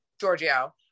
Giorgio